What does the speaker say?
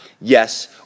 Yes